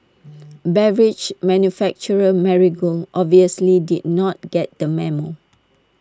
beverage manufacturer Marigold obviously did not get the memo